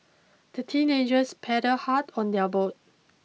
the teenagers paddled hard on their boat